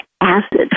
acid